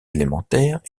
élémentaires